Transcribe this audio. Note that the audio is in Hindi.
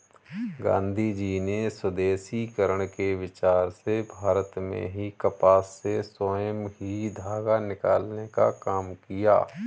गाँधीजी ने स्वदेशीकरण के विचार से भारत में ही कपास से स्वयं ही धागा निकालने का काम किया